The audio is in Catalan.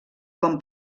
com